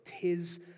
Tis